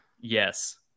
Yes